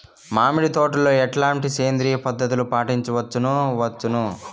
మామిడి తోటలో ఎట్లాంటి సేంద్రియ పద్ధతులు పాటించవచ్చును వచ్చును?